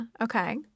Okay